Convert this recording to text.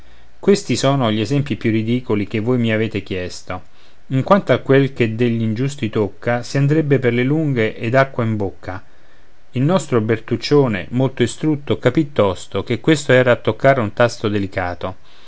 questi sono gli esempi più ridicoli che voi mi avete chiesto in quanto a quel che degl'ingiusti tocca si andrebbe per le lunghe ed acqua in bocca il nostro bertuccione molto istrutto capì tosto che questo era a toccar un tasto delicato